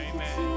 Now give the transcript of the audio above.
Amen